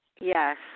Yes